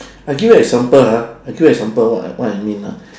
I give you example ha I give you example what what I mean ah